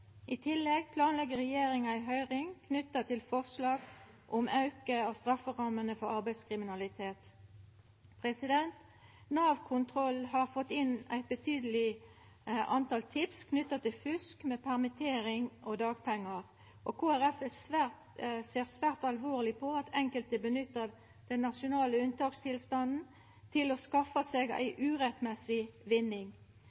I tillegg planlegg regjeringa ei høyring knytt til forslag om auke av strafferammene for arbeidskriminalitet. Nav-kontrollen har fått inn ei betydeleg mengd tips knytt til fusk med permittering og dagpengar. Kristeleg Folkeparti ser svært alvorleg på at enkelte nyttar den nasjonale unntakstilstanden til å skaffa seg